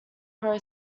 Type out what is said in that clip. pro